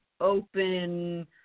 open